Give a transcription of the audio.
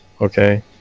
okay